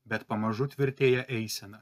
bet pamažu tvirtėja eisena